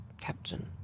Captain